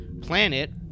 planet